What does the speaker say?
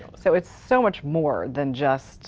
so it's so much more than just